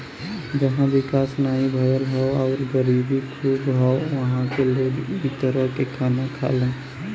जहां विकास नाहीं भयल हौ आउर गरीबी खूब हौ उहां क लोग इ तरह क खाना खालन